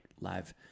live